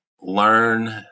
learn